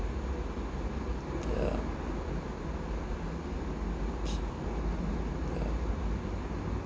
yeah yeah